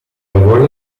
lavori